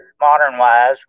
modern-wise